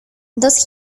dos